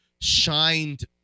shined